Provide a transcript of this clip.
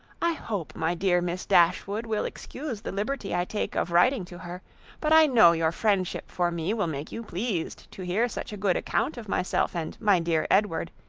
i hope my dear miss dashwood will excuse the liberty i take of writing to her but i know your friendship for me will make you pleased to hear such a good account of myself and my dear edward,